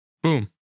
boom